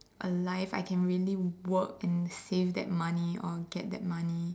alive I can really work and save that money or get that money